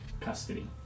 custody